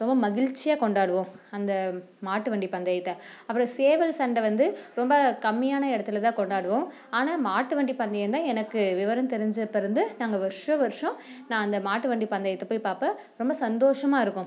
ரொம்ப மகிழ்ச்சியாக கொண்டாடுவோம் அந்த மாட்டுவண்டி பந்தயத்தை அப்புறம் சேவல் சண்டை வந்து ரொம்ப கம்மியான இடத்துல தான் கொண்டாடுவோம் ஆனால் மாட்டுவண்டி பந்தயம் தான் எனக்கு விவரம் தெரிஞ்சப்ப இருந்து நாங்கள் வருஷா வருஷம் நான் அந்த மாட்டுவண்டி பந்தயத்தை போய் பார்ப்பேன் ரொம்ப சந்தோஷமா இருக்கும்